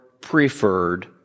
preferred